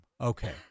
Okay